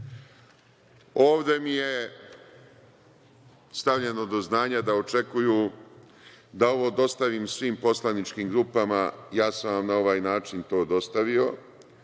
mi je stavljeno do znanja da očekuju da ovo dostavim svim poslaničkim grupama. Ja sam vam na ovaj način to dostavio,